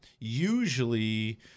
usually